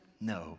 no